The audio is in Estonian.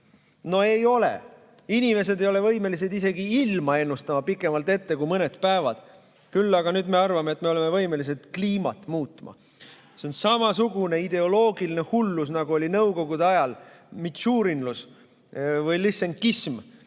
No ei ole! Inimesed ei ole võimelised isegi ilma ennustama pikemalt ette kui mõned päevad. Küll aga me arvame, et me oleme võimelised kliimat muutma. See on samasugune ideoloogiline hullus, nagu oli nõukogude ajal mitšurinlus või lõssenkism,